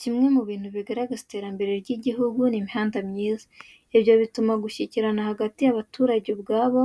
Kimwe mu bintu bigaragaza iterambere ry'igihugu ni imihanda myiza. Ibyo bituma gushyikirana hagati y'abaturage ubwabo